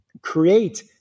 create